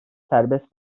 serbest